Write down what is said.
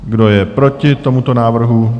Kdo je proti tomuto návrhu?